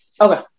Okay